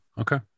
Okay